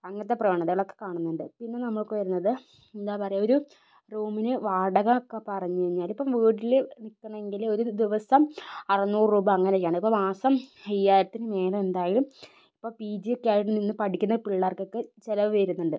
അങ്ങനത്തെ പ്രവണതകളൊക്കെ കാണുന്നുണ്ട് പിന്നെ നമ്മൾക്ക് വരുന്നത് എന്താ പറയുക ഒരു റൂമിന് വാടക ഒക്കെ പറഞ്ഞു കഴിഞ്ഞാൽ ഇപ്പം വീട്ടിൽ നിൽക്കണമെങ്കിൽ ഒരു ദിവസം ആറുനൂറ് രൂപ അങ്ങനെയാണ് അപ്പം മാസം അയ്യായിരത്തിന് മേലെ എന്തായാലും ഇപ്പം പി ജി ഒക്കെ ആയിട്ട് നിന്ന് പഠിക്കുന്ന പിള്ളേർക്ക് ഒക്കെ ചിലവ് വരുന്നുണ്ട്